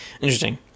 Interesting